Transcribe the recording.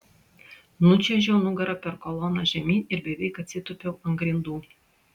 nučiuožiau nugara per koloną žemyn ir beveik atsitūpiau ant grindų